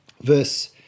verse